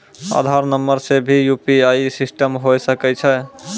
आधार नंबर से भी यु.पी.आई सिस्टम होय सकैय छै?